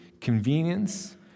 convenience